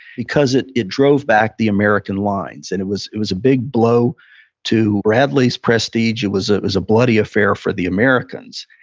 because it it drove back the american lines. and it was it was a big blow to bradley's prestige. it was it was a bloody affair for the americans.